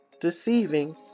deceiving